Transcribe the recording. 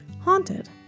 haunted